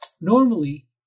Normally